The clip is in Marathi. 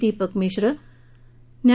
दीपक मिश्रा न्या